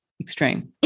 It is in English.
extreme